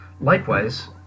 Likewise